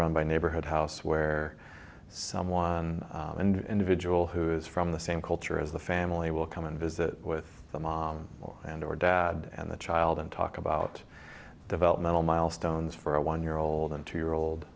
run by neighborhood house where someone and individual who is from the same culture as the family will come and visit with them on and or dad and the child and talk about developmental milestones for a one year old and two year old